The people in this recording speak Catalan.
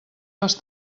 les